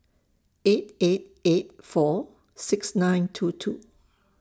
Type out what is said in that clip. eight eight eight four six nine two two